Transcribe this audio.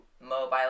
mobile